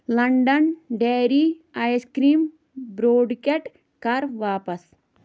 London dairy ice cream product کر واپس